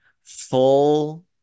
full